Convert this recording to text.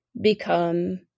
become